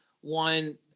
one